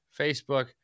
facebook